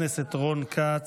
חבר הכנסת רון כץ,